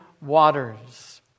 waters